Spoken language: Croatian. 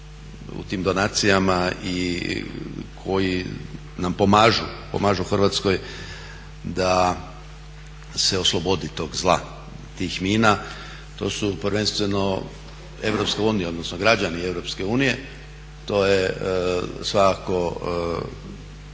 u tim donacijama i koji nam pomažu, pomažu Hrvatskoj da se oslobodi tog zla, tih mina. To su prvenstveno EU, odnosno građani EU. To je svakako